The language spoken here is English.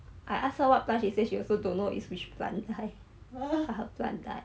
I ask her what plant she say she also don't know is which plant die her plant die